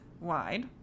wide